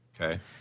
Okay